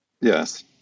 Yes